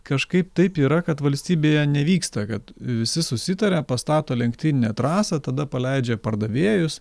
kažkaip taip yra kad valstybėje nevyksta kad visi susitaria pastato lenktyninę trasą tada paleidžia pardavėjus